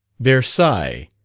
versailles,